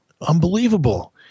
unbelievable